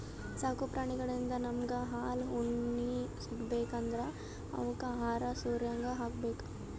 ಸಾಕು ಪ್ರಾಣಿಳಿಂದ್ ನಮ್ಗ್ ಹಾಲ್ ಉಣ್ಣಿ ಸಿಗ್ಬೇಕ್ ಅಂದ್ರ ಅವಕ್ಕ್ ಆಹಾರ ಸರ್ಯಾಗ್ ಹಾಕ್ಬೇಕ್